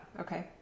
Okay